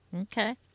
Okay